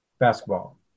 Basketball